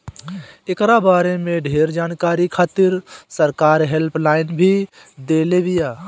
एकरा बारे में ढेर जानकारी खातिर सरकार हेल्पलाइन भी देले बिया